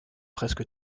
presque